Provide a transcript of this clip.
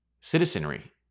citizenry